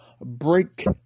break